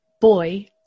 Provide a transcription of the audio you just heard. Boy